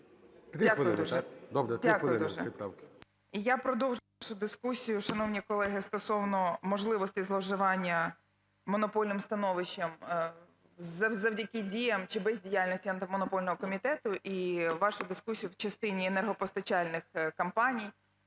О.П. Дякую дуже. Я продовжу дискусію, шановні колеги, стосовно можливостей зловживання монопольним становищем завдяки діям чи бездіяльності Антимонопольного комітету і вашу дискусію в частині енергопостачальних компаній.